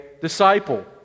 disciple